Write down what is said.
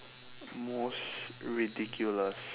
most ridiculous